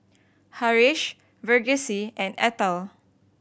Haresh Verghese and Atal